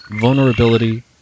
vulnerability